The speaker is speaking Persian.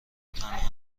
تنها